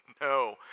No